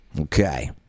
Okay